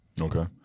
Okay